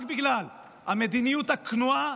רק בגלל המדיניות הכנועה,